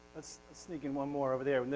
let's sneak in one more over there,